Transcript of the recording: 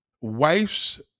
wife's